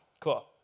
Cool